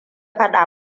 faɗa